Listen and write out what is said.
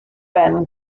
ben